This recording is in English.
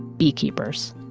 beekeepers.